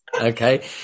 Okay